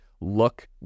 look